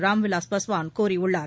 ராம்விலாஸ் பாஸ்வான் கூறியுள்ளார்